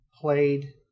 played